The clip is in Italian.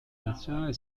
nazionale